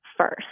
first